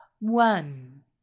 One